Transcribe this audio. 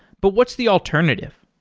but what's the alternative?